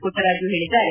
ಪುಟ್ಟರಾಜು ಹೇಳಿದ್ದಾರೆ